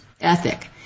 ethic